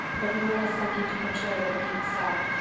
but marilla sank into her chair with a deep sigh.